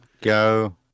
go